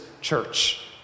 church